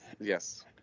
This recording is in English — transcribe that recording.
Yes